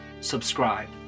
subscribe